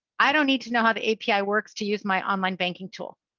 i don't need to know how the api works to use my online banking tool.